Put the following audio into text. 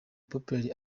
popular